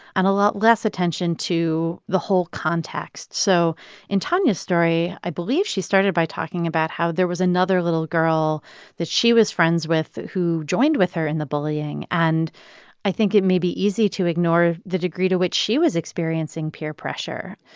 and a lot less attention to the whole context so in tonia's story, i believe she started by talking about how there was another little girl that she was friends with who joined with her in the bullying. and i think it may be easy to ignore the degree to which she was experiencing peer pressure,